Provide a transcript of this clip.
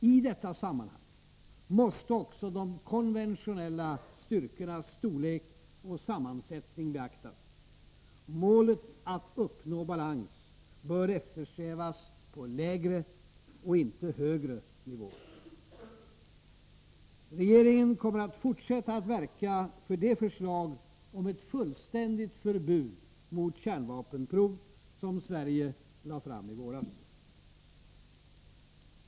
I detta sammanhang måste också de konventionella styrkornas storlek och sammansättning beaktas. Målet att uppnå balans bör eftersträvas på lägre och inte högre nivåer. Regeringen kommer att fortsätta att verka för det förslag om ett fullständigt förbud mot kärnvapenprov som Sverige lade fram i våras.